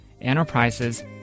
enterprises